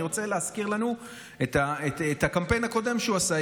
אני רוצה להזכיר לנו את הקמפיין הקודם שהוא עשה: